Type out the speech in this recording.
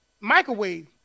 microwave